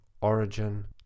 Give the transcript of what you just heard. origin